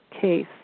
case